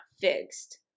fixed